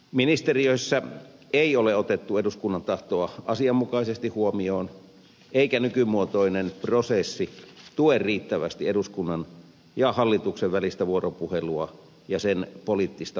ministeriöissä ei ole otettu eduskunnan tahtoa asianmukaisesti huomioon eikä nykymuotoinen prosessi tue riittävästi eduskunnan ja hallituksen välistä vuoropuhelua ja sen poliittista painoarvoa